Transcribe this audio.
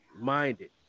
minded